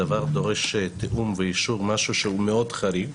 הדבר דורש תיאום ואישור, משהו שהוא מאוד חריג.